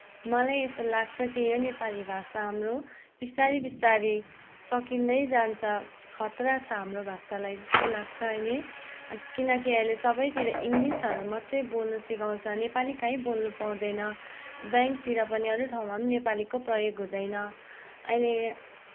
मलाई यस्तो लाग्छ कि यो नेपाली भाषा हाम्रो बिस्तारी बिस्तारी सकिँदै जान्छ खत्रा छ हाम्रो भाषालाई जस्तो लाग्छ अहिले किनकि अहिले सबैतिर इङ्ग्लिसहरू मात्रै बोल्न सिकाउँछ नेपाली कहीँ बोल्न पाउँदैन ब्याङ्कतिर पनि अरू ठाउँमा पनि नेपालीको प्रयोग हुँदैन अहिले